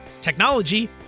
technology